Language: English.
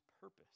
purpose